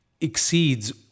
exceeds